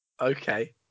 Okay